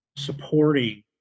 supporting